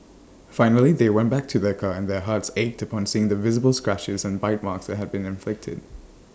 finally they went back to their car and their hearts ached upon seeing the visible scratches and bite marks that had been inflicted